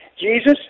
Jesus